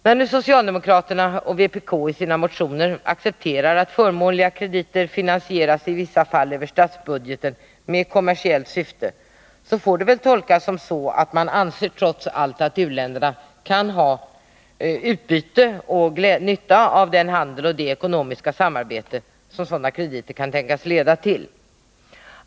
När nu socialdemokraterna och vpk i sina motioner accepterar att förmånliga krediter med kommersiellt syfte i vissa fall finansieras över statsbudgeten, får det väl tolkas så, att man trots allt anser att u-länderna kan ha nytta av den handel och det ekonomiska samarbete som sådana krediter kan tänkas leda till.